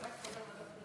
זה החוק של